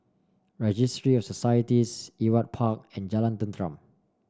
registry of Societies Ewart Park and Jalan Tenteram